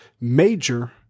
major